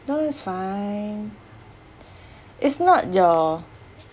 no it's fine it's not your